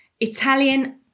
Italian